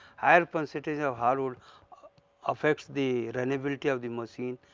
higher percentage of hardwood affects the runnability of the machine,